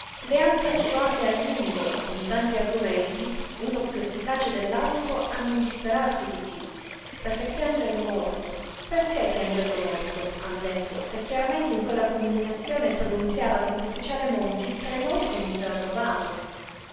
le han persuase a lungo e con tanti argomenti uno piú efficace dell'altro a non disperarsi cosí perché piangerlo morto hanno detto se chiaramente in quella comunicazione s'annunziava che l'ufficiale mochi tra i morti non s'era trovato